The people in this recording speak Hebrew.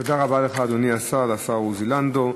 תודה רבה לך, השר עוזי לנדאו.